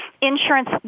insurance